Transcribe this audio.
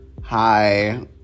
hi